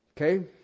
Okay